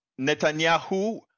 Netanyahu